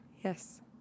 Yes